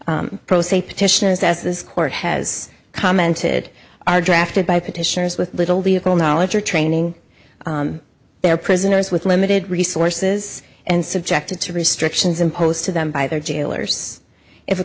pleadings pro se petitions as this court has commented are drafted by petitioners with little vehicle knowledge or training they are prisoners with limited resources and subjected to restrictions imposed to them by their jailers if a